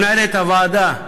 למנהלת הוועדה,